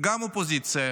גם אופוזיציה